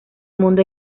mundo